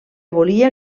volia